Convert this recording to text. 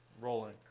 Rolling